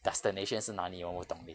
destination 是哪里我不懂 leh